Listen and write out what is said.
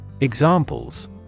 Examples